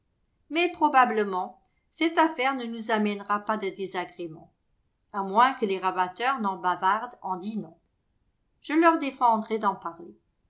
mais probablement cette affaire ne nous amènera pas de désagréments à moins que les rabatteurs n'en bavardent en dînant je leur défendrai d'en parler